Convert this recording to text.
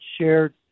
shared